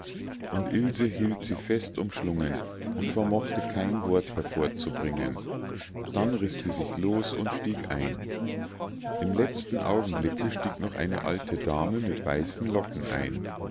und ilse hielt sie fest umschlungen und vermochte kein wort hervorzubringen dann riß sie sich los und stieg ein im letzten augenblicke stieg noch eine alte dame mit weißen locken ein